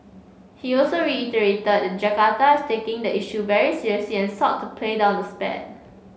he also reiterated that Jakarta is taking the issue very seriously and sought to play down the spat